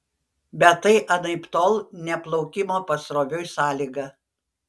bet tai anaiptol ne plaukimo pasroviui sąlyga